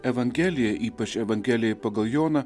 evangelijai ypač evangelijai pagal joną